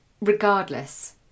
Regardless